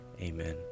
Amen